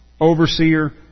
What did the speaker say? overseer